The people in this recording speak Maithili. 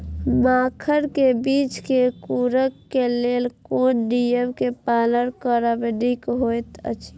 मखानक बीज़ क अंकुरन क लेल कोन नियम क पालन करब निक होयत अछि?